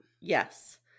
Yes